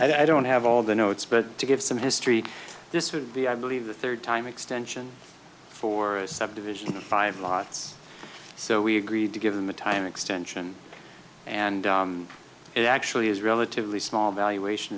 i don't have all the notes but to give some history this would be i believe the third time extension for a subdivision five lots so we agreed to give them a time extension and it actually is relatively small valuation